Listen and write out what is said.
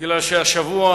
השבוע